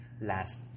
last